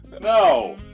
No